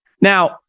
Now